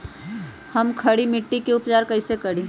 हम खड़ी मिट्टी के उपचार कईसे करी?